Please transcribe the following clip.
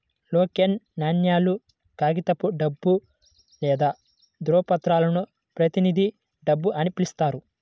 token నాణేలు, కాగితపు డబ్బు లేదా ధ్రువపత్రాలను ప్రతినిధి డబ్బు అని పిలుస్తారు